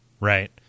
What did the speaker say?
right